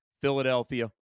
Philadelphia